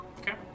Okay